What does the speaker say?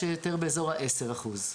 שם זה יותר באזור עשרה אחוזים.